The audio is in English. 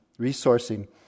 resourcing